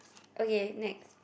okay next